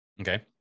okay